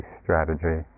strategy